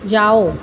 जाओ